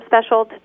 special